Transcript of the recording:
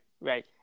right